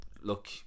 look